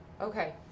Okay